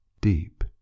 deep